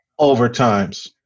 overtimes